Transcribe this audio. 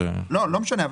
לא משנה.